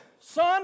son